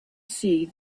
see